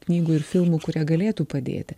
knygų ir filmų kurie galėtų padėti